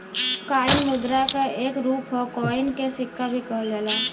coin मुद्रा क एक रूप हौ कॉइन के सिक्का भी कहल जाला